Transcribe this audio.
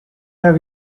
have